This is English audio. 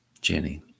Jenny